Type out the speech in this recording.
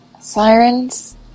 Sirens